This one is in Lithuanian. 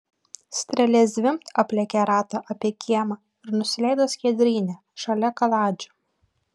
strėlė zvimbt aplėkė ratą apie kiemą ir nusileido skiedryne šalia kaladžių